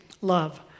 love